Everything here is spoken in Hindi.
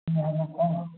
नमस्ते मैम